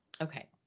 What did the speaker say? Okay